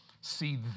See